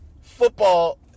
football